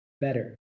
better